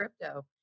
crypto